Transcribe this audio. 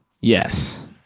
Yes